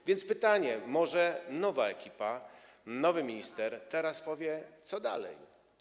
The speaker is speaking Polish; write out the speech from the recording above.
A więc pytanie: Może nowa ekipa, nowy minister teraz powie, co dalej?